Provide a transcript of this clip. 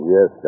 Yes